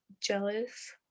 jealous